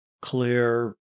Clear